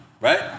Right